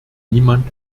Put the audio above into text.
niemand